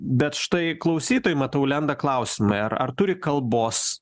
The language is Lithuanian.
bet štai klausytojai matau lenda klausimai ar ar turi kalbos